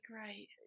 great